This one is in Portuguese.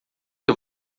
que